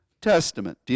Testament